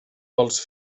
vols